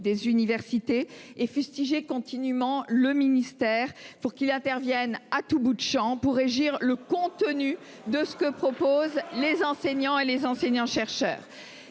des universités et fut. Si j'ai continûment le ministère pour qui la paire viennent à tout bout de Champ pour régir le contenu de ce que proposent les enseignants et les enseignants-chercheurs.